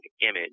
image